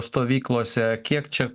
stovyklose kiek čia